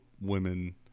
women